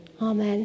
Amen